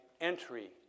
entry